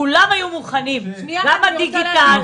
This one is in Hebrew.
כולם היו מוכנים - גם הדיגיטל ,